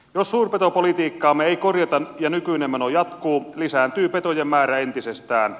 jos suurpetopolitiikkaamme ei korjata ja nykyinen meno jatkuu lisääntyy petojen määrä entisestään